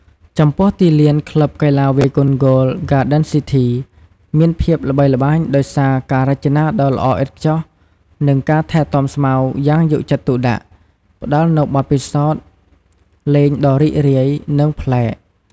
ចំពោះទីលាន ក្លឹបកីឡាវាយកូនហ្គោល ហ្គាដិនស៊ីធី មានភាពល្បីល្បាញដោយសារការរចនាដ៏ល្អឥតខ្ចោះ និងការថែទាំស្មៅយ៉ាងយកចិត្តទុកដាក់ ផ្ដល់នូវបទពិសោធន៍លេងដ៏រីករាយ និងប្លែក។